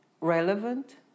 relevant